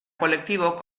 kolektibok